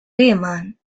riemann